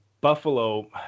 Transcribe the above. Buffalo